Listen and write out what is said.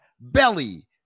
Belly